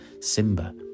Simba